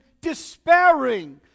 despairing